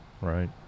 Right